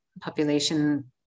population